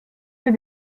ces